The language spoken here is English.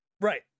Right